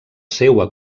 seua